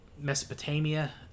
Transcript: Mesopotamia